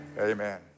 Amen